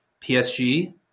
PSG –